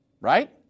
Right